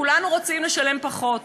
כולנו רוצים לשלם פחות.